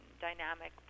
dynamic